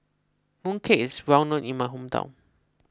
Mooncake is well known in my hometown